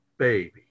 baby